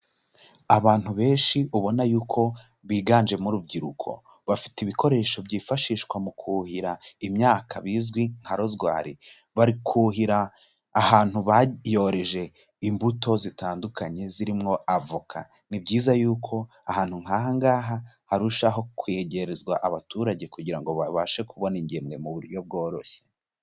Abantu benshi ubona yuko biganjemo urubyiruko bafite ibikoresho byifashishwa mu kuhira imyaka bizwi nka roswari, bari kuhira ahantu bayoreje imbuto zitandukanye zirimwo avoka. Ni byiza yuko ahantu nk'aha ngaha harushaho kwegezwa abaturage kugira ngo babashe kubona ingemwe mu buryo bworoshye.